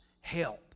help